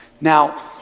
Now